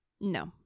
No